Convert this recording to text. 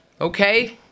okay